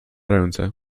ręce